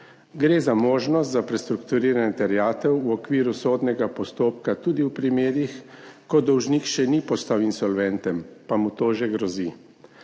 Gre za možnost za prestrukturiranje terjatev v okviru sodnega postopka tudi v primerih, ko dolžnik še ni postal insolventen, pa mu to že grozi.